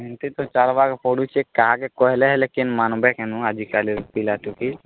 ଏମିତି ତ ଚାଲବାକେ ପଡୁଛି କାହାକେ କହେଲେ ହେଲେ କିନ ମାନବା କେନୁ ଆଜିକାଲିର ପିଲା ଟୁକେ